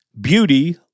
beauty